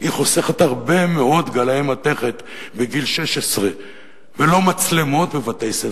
חוסכת הרבה מאוד גלאי מתכות בגיל 16. ולא מצלמות בבתי-ספר,